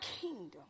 kingdom